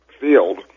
field